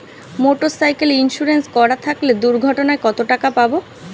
Motorcycle insurance করা থাকলে দুঃঘটনায় কতটাকা পাব?